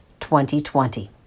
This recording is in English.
2020